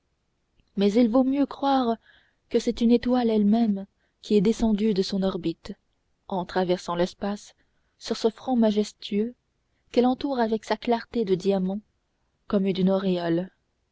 mais il vaut mieux croire que c'est une étoile elle-même qui est descendue de son orbite en traversant l'espace sur ce front majestueux qu'elle entoure avec sa clarté de diamant comme d'une auréole